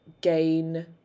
gain